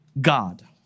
God